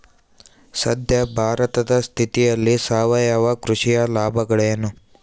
ಸದ್ಯ ಭಾರತದ ಸ್ಥಿತಿಯಲ್ಲಿ ಸಾವಯವ ಕೃಷಿಯ ಲಾಭಗಳೇನು?